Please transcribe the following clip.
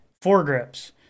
foregrips